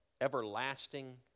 everlasting